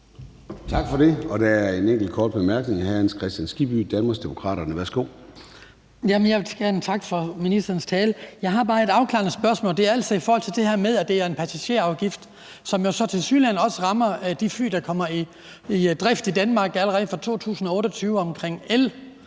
Tak for det. Der er en enkelt kort bemærkning. Hr. Hans Kristian Skibby, Danmarksdemokraterne. Værsgo. Kl. 23:39 Hans Kristian Skibby (DD): Jeg vil gerne takke for ministerens tale. Jeg har bare et afklarende spørgsmål. Det er altså i forhold til det her med, at det er en passagerafgift, som jo så tilsyneladende også rammer de elfly, der kommer i drift i Danmark allerede fra 2028. Det er